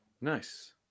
Nice